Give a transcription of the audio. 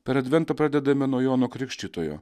per adventą pradedame nuo jono krikštytojo